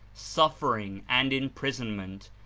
suffering and imprisonment,